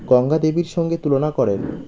গঙ্গাদেবীর সঙ্গে তুলনা করেন